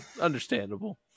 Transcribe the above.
Understandable